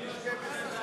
יש לי הצעה לסדר.